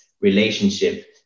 relationship